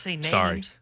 Sorry